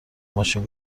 ماشین